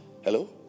Hello